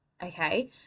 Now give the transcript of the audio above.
Okay